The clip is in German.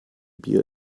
bier